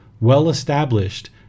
well-established